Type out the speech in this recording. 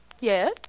Yes